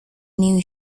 new